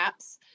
apps